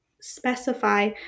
specify